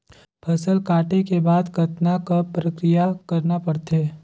फसल काटे के बाद कतना क प्रक्रिया करना पड़थे?